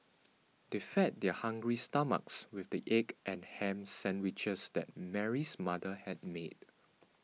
they fed their hungry stomachs with the egg and ham sandwiches that Mary's mother had made